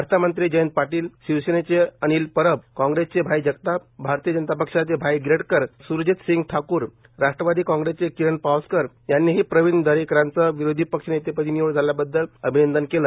अर्थमंत्री जयंत पाटी शिवसेनेचे अनिल परब कांग्रेसचे भाई जगताप भाजपाचे भाई गिरडकर सुरजित सिंग ठाकूर राष्ट्रवादी कांग्रेसचे किरण पावसकर यांनी प्रवीण दरेकरांचं विरोधी पक्ष नेते पदी निवड झाल्याबददल अभिनंदन केलं